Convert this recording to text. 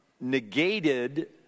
negated